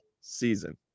season